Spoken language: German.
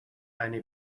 eine